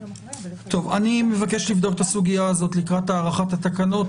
אני מבקש לבדוק את הסוגיה הזאת לקראת הארכת התקנות.